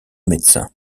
médecin